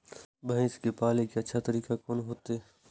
भैंस के पाले के अच्छा तरीका कोन होते?